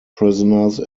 prisoners